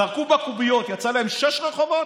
זרקו בקוביות, יצא להם שישה רחובות.